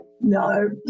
no